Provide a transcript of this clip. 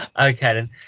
Okay